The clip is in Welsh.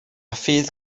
ffydd